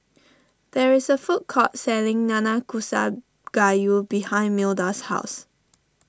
there is a food court selling Nanakusa Gayu behind Milda's house